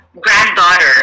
granddaughter